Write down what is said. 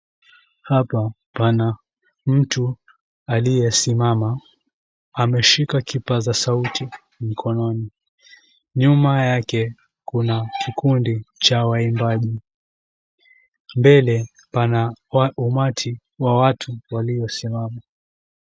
Hapa, pana mtu aliyesimama. Ameshika kipaza sauti mkononi. Nyuma yake, kuna kikundi cha waimbaji. Mbele, pana wa umati wa watu waliosimama.